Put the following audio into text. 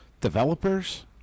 Developers